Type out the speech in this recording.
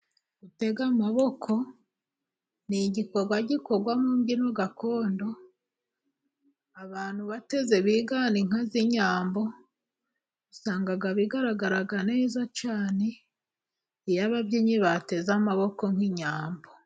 Gutega amaboko ni igikorwa gikorwa mu mbyino gakondo, abantu bateze bigana inka z'inyambo, usanga bigaragara neza cyane iyo ababyinnyi bateze amaboko nk'inyambo.